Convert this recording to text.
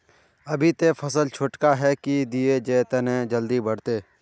अभी ते फसल छोटका है की दिये जे तने जल्दी बढ़ते?